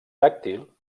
tàctil